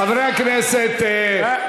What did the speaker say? אלקין, חבר שלך, היה שם.